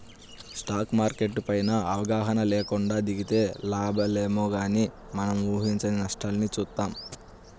stock market పైన అవగాహన లేకుండా దిగితే లాభాలేమో గానీ మనం ఊహించని నష్టాల్ని చూత్తాం